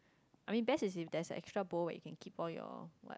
I mean best is if there's extra bowl where you can keep all your like